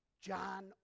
John